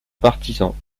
partisans